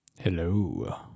Hello